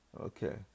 Okay